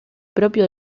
propio